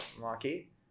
Marky